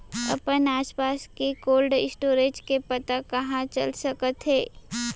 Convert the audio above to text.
अपन आसपास के कोल्ड स्टोरेज के पता कहाँ चल सकत हे?